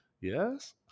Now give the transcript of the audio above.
Yes